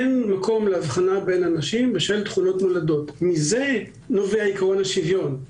אין מקום להבחנה בין אנשים בשל תכונות מולדות ומזה נובע עקרון השוויון.